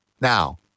Now